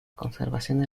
conservación